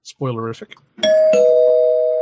spoilerific